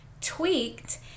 tweaked